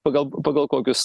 pagal pagal kokius